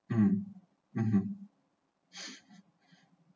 um um